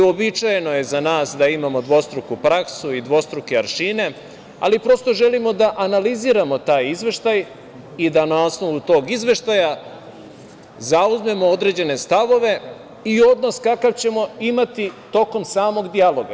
Uobičajeno je za nas da imamo dvostruku praksu i dvostruke aršine, ali želimo da analiziramo taj izveštaj i da na osnovu tog izveštaja zauzmemo određene stavove i odnos kakav ćemo imati tokom samog dijaloga.